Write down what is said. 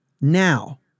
Now